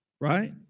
right